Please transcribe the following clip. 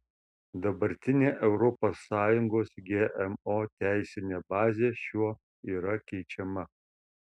dabartinė europos sąjungos gmo teisinė bazė šiuo yra keičiama